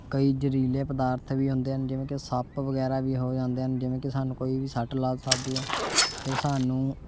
ਕਈ ਜ਼ਹਿਰੀਲੇ ਪਦਾਰਥ ਵੀ ਹੁੰਦੇ ਹਨ ਜਿਵੇਂ ਕਿ ਸੱਪ ਵਗੈਰਾ ਵੀ ਹੋ ਜਾਂਦੇ ਹਨ ਜਿਵੇਂ ਕਿ ਸਾਨੂੰ ਕੋਈ ਵੀ ਸੱਟ ਲੱਗ ਸਕਦੀ ਆ ਅਤੇ ਸਾਨੂੰ